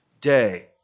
day